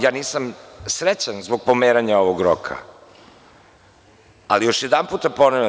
Ja nisam srećan zbog pomeranja ovog roka, ali još jedanput ponavljam.